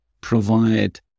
provide